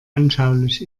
anschaulich